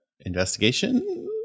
investigation